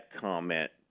comment